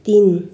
तिन